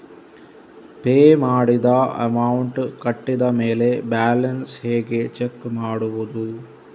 Pay ಮಾಡಿದ amount ಕಟ್ಟಿದ ಮೇಲೆ ಬ್ಯಾಲೆನ್ಸ್ ಹೇಗೆ ಚೆಕ್ ಮಾಡುವುದು?